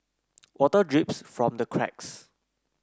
water drips from the cracks